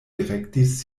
direktis